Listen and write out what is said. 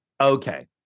Okay